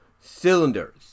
cylinders